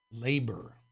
labor